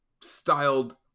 styled